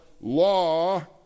law